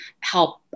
help